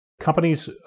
Companies